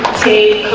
see